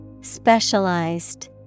Specialized